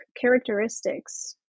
characteristics